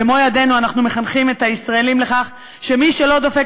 במו-ידינו אנחנו מחנכים את הישראלים לכך שמי שלא דופק